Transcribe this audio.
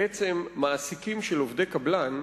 בעצם מעסיקים של עובדי קבלן,